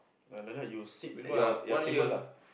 ah like that you sit at your your table lah